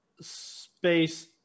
Space